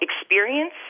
experience